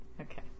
Okay